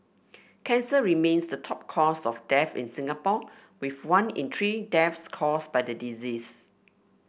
cancer remains the top cause of death in Singapore with one in three deaths caused by the disease